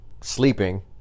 sleeping